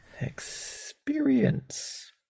Experience